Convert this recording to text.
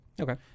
okay